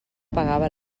pagava